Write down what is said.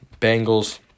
Bengals